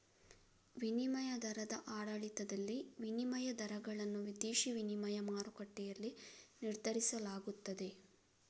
ವಿನಿಮಯ ದರದ ಆಡಳಿತದಲ್ಲಿ, ವಿನಿಮಯ ದರಗಳನ್ನು ವಿದೇಶಿ ವಿನಿಮಯ ಮಾರುಕಟ್ಟೆಯಲ್ಲಿ ನಿರ್ಧರಿಸಲಾಗುತ್ತದೆ